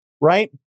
right